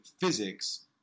physics